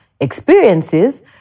experiences